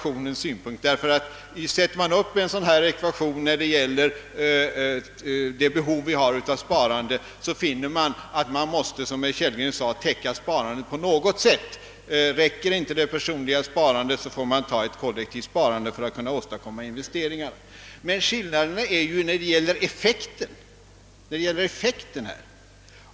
Om man sätter upp en ekvation beträffande det behov vi har av sparande finner man att vi på något sätt måste täcka behovet. Räcker inte det personliga sparandet, får vi använda oss av kollektivt sparande för att kunna åstadkomma behövliga investeringar. Men det blir en skillnad när det gäller effekten.